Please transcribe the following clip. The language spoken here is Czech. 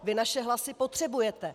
Vy naše hlasy potřebujete.